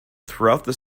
throughout